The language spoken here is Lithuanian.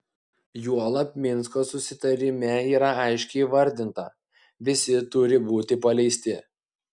juolab minsko susitarime yra aiškiai įvardinta visi turi būti paleisti